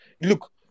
look